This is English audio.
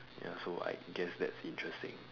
ya so I guess that's interesting